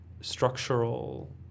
structural